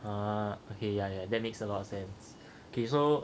uh okay yeah yeah that makes a lot sense okay so